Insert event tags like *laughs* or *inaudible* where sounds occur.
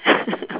*laughs*